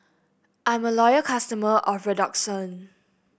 I'm a loyal customer of Redoxon